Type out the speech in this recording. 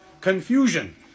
confusion